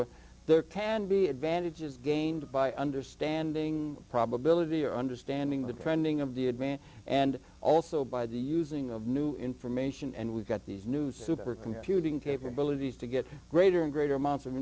were there ten be advantages gained by understanding probability or understanding the trending of the advance and also by the using of new information and we've got these new super computing capabilities to get greater and greater amounts of